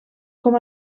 com